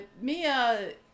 Mia